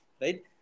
right